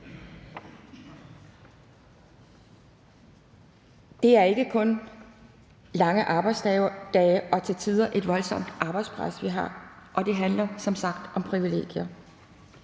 Det er ikke kun lange arbejdsdage og et til tider voldsomt arbejdspres, vi har, men det handler som sagt også om privilegier.